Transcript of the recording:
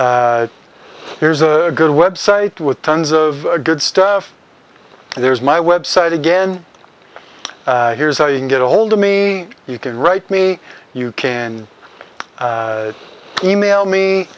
here's a good website with tons of good stuff there's my website again here's how you can get ahold of me you can write me you can email me